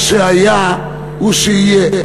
מה שהיה הוא שיהיה.